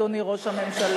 אדוני ראש הממשלה,